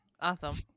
Awesome